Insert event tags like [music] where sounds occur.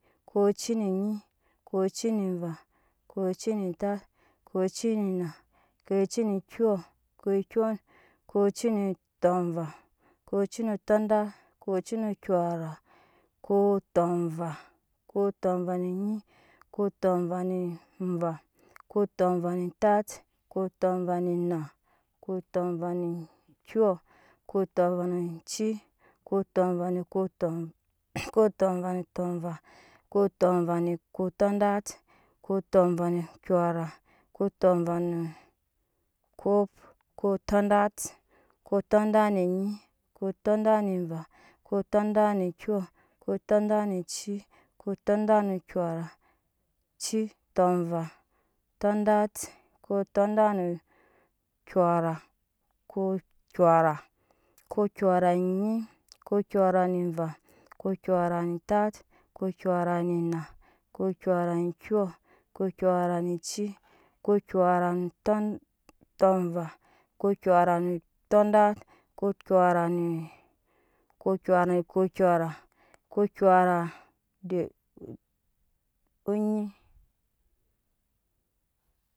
Kocinenyi kocneva kocine tat kcinena koci ne kyɔ ko kyɔ koci netɔ koto va ne nyi kotovaneva kotovane ta kotova ne naa kotovnekyɔ kotovanci kotova ne no kotɔva [noise] kotova no tɔva kotɔva nodat kotɔvanokyora kotɔva kop kotodat kotodat nenyi kotɔdat ne va kotɔdat nekyɔ kotɔdatnoci kotɔdat nokyora ci tɔvea tɔdat kotodat nekyora kokyora kokyɔra nenyi kekyɔ ra neva kokyɔranetat kokyoranotan tɔva kokyorane todat kokyorane ke kyɔranekoyara kokyɔra de [hesitation] anyi